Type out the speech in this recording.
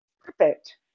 Perfect